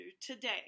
today